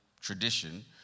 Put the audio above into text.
tradition